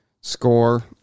score